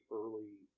early